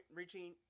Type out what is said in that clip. reaching